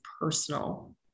personal